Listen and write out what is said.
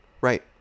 Right